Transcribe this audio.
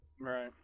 Right